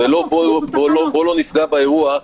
באינטרנט,